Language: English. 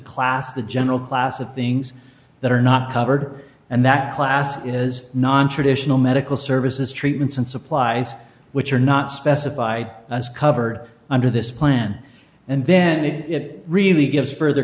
class the general class of things that are not covered and that class is nontraditional medical services treatments and supplies which are not specified as covered under this plan and then it really gives further